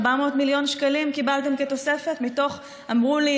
400 מיליון שקלים קיבלתם, כתוספת מתוך, אמרו לי